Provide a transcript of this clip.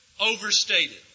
overstated